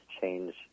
change